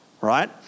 right